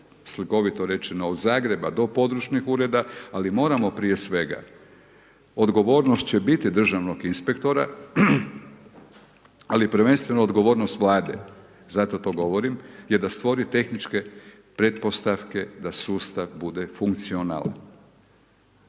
slikovito rečeno Zagreba do područnih ureda ali moramo prije svega, odgovornost će biti državnog inspektora ali prvenstveno odgovornost Vlade, zato to govorim je da stvori tehničke pretpostavke da sustav bude funkcionalan.